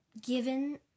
given